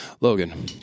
Logan